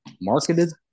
marketed